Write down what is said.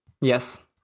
Yes